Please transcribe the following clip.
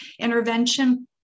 intervention